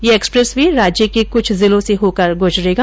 ये expressway राज्य के कुछ जिलों से होकर गुजरेगा